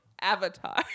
Avatar